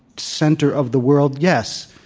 center of the world yes.